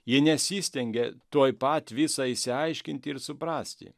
ji nesistengė tuoj pat visa išsiaiškinti ir suprasti